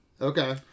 Okay